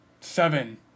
seven